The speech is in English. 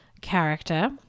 character